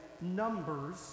numbers